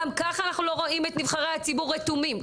גם ככה אנחנו לא רואים את נבחרי הציבור רתומים,